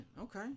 okay